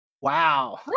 wow